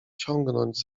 ciągnąć